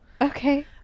Okay